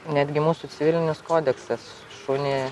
netgi mūsų civilinis kodeksas šunį